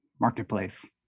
marketplace